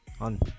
on